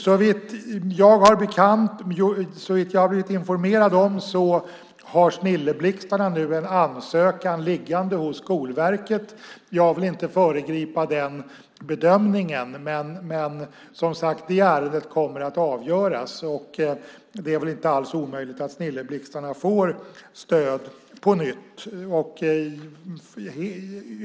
Såvitt jag har blivit informerad har Snilleblixtarna nu en ansökan liggande hos Skolverket. Jag vill inte föregripa den bedömningen. Men det ärendet kommer att avgöras. Det är inte alls omöjligt att Snilleblixtarna får stöd på nytt.